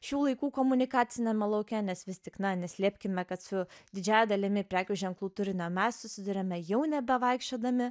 šių laikų komunikaciniame lauke nes vis tik na neslėpkime kad su didžiąja dalimi prekių ženklų turinio mes susiduriame jau ne bevaikščiodami